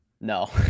no